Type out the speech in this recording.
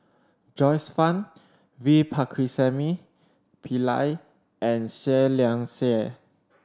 Joyce Fan V Pakirisamy Pillai and Seah Liang Seah